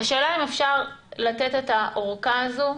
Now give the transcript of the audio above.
השאלה אם אפשר לתת את הארכה הזאת,